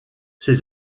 ses